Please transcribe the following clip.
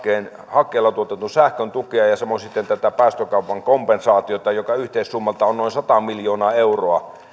hakkeella tuotetun sähkön tukea ja samoin sitten tätä päästökaupan kompensaatiota mikä yhteissummaltaan on noin sata miljoonaa euroa